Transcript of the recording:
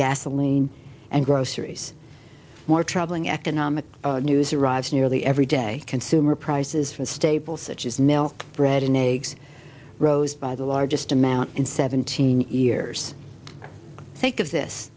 gasoline and groceries more troubling economic news arrives nearly every day consumer prices for stable such as milk bread in eggs rose by the largest amount in seventeen years think of this